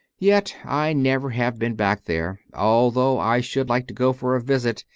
yet i never have been back there, although i should like to go for a visit,